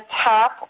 top